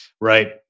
right